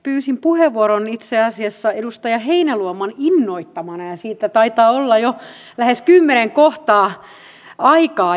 pyysin puheenvuoron itse asiassa edustaja heinäluoman innoittamana ja siitä taitaa olla jo lähes kymmenen kohtaa aikaa